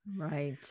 Right